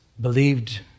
believed